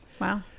Wow